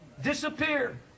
disappear